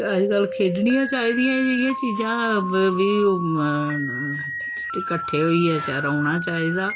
अजकल्ल खेढनियां चाहिदियां इ'यै जेहियां चीजां कट्ठे होइयै रौह्ना चाहिदा